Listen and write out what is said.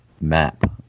map